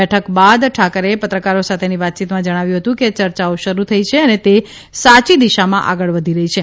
બેઠક બાદ ઠાકરેએ પત્રકારો સાથેની વાતચીતમાં જણાવ્યું હતું કે ચર્ચાઓ શરૂ થઇ છે અને તે સાચી દીશામાં આગળ વધી રહી છે